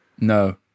No